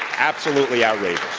absolutely outrageous.